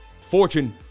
Fortune